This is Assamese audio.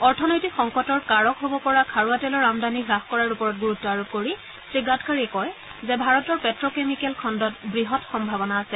অৰ্থনৈতিক সংকটৰ কাৰক হ'ব পৰা খাৰুৱা তেলৰ আমদানি হাস কৰাৰ ওপৰত গুৰুত্ব আৰোপ কৰি শ্ৰীগাডকাৰীয়ে কয় যে ভাৰতৰ পেট কেমিকেল খণ্ডত বৃহৎ সম্ভাৱনা আছে